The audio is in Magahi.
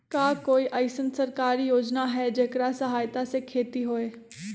का कोई अईसन सरकारी योजना है जेकरा सहायता से खेती होय?